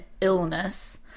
illness